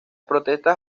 protestas